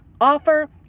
offer